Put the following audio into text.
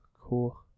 Cool